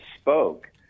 spoke